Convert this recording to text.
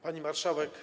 Pani Marszałek!